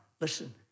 Listen